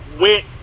went